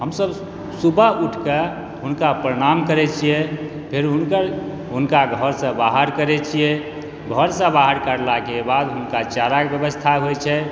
हमसब सुबह उठिके हुनका प्रणाम करै छियै फेर हुनकर हुनका घरसँ बाहर करै छियै घरसँ बाहर करलाके बाद हुनका चाराके व्यवस्था होइ छै